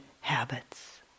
habits